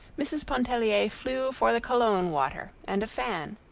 mrs. pontellier flew for the cologne water and a fan.